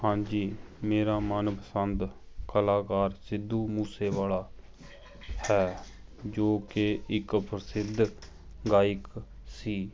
ਹਾਂਜੀ ਮੇਰਾ ਮਨਪਸੰਦ ਕਲਾਕਾਰ ਸਿੱਧੂ ਮੂਸੇਵਾਲਾ ਹੈ ਜੋ ਕਿ ਇੱਕ ਪ੍ਰਸਿੱਧ ਗਾਇਕ ਸੀ